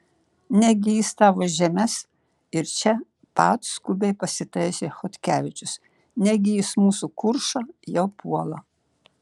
negi jis tavo žemes ir čia pat skubiai pasitaisė chodkevičius negi jis mūsų kuršą jau puola